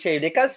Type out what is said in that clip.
ah okay